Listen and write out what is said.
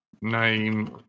name